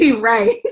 Right